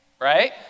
right